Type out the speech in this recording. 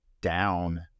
down